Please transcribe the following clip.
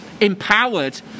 empowered